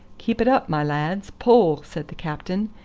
keep it up, my lads pull! said the captain,